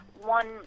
one